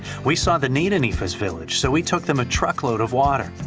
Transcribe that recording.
we saw the need any fuss village so we took them a truckload of water.